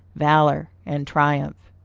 valor, and triumph.